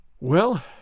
Well